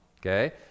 okay